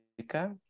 Rica